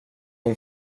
hon